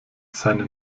seine